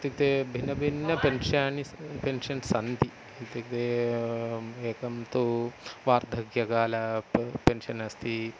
इत्युक्ते भिन्नभिन्न पेन्श्याणि पेन्शन् सन्ति इत्युक्ते एकं तु वार्धक्यकाल प पेन्शन् अस्ति